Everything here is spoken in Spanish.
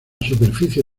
superficie